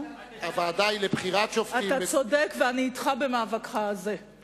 אתה צודק ואני אתך במאבקך זה.